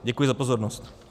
Děkuji za pozornost.